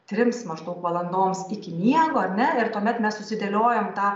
trims maždaug valandoms iki miego ar ne ir tuomet mes susidėliojam tą